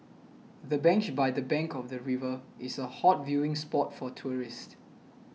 the bench by the bank of the river is a hot viewing spot for tourists